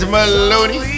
Maloney